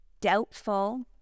doubtful